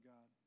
God